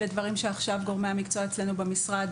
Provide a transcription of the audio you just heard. אלה דברים שעכשיו גורמי המקצוע אצלנו במשרד